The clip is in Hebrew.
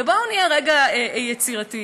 בואו נהיה לרגע יצירתיים.